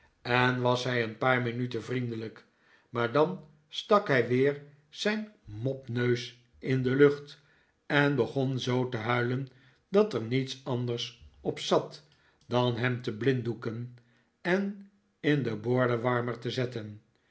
en was hij een paar minuten vriendelijk maar dan stak hij weer zijn mopneus in de lucht en begon zoo te huilen dat er niets anders op zat dan hem te blinddoeken en in den bordenwarmer te zetten